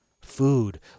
Food